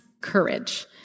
courage